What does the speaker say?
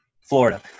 Florida